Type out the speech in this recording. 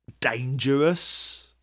dangerous